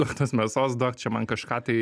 duok tos mėsos duok čia man kažką tai